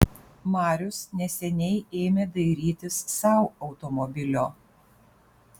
marius neseniai ėmė dairytis sau automobilio